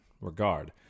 regard